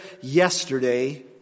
yesterday